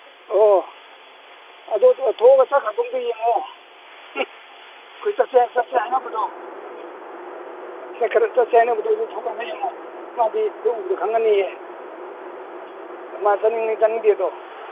ꯑꯣ ꯑꯗꯨ ꯊꯣꯛꯑ ꯆꯠꯈ꯭ꯔꯕ ꯑꯝꯇ ꯌꯦꯡꯉꯣ ꯑꯩꯈꯣꯏ ꯆꯠꯁꯦ ꯍꯥꯏꯅꯕꯗꯣ ꯆꯠꯁꯦ ꯍꯥꯏꯅꯕꯗꯣ ꯌꯦꯡꯉꯣ ꯃꯥꯗꯤ ꯑꯩꯈꯣꯏ ꯎꯕꯗ ꯈꯪꯉꯅꯤꯌꯦ ꯃꯥ ꯆꯠꯅꯤꯡꯉꯤ ꯆꯠꯅꯤꯡꯗꯦꯗꯣ